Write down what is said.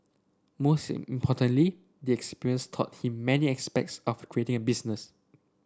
most importantly the experience taught him many aspects of creating a business